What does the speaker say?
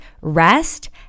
rest